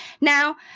Now